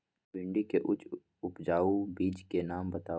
भिंडी के उच्च उपजाऊ बीज के नाम बताऊ?